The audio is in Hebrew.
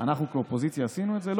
אנחנו כאופוזיציה עשינו את זה?